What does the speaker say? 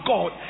God